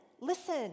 listen